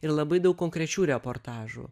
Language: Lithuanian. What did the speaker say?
ir labai daug konkrečių reportažų